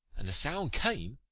and the sound came,